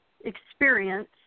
experience